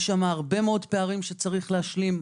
יש שם הרבה פערים שצריך להשלים.